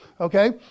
Okay